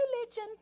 religion